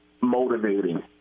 motivating